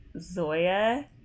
Zoya